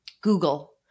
Google